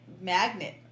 magnet